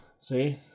See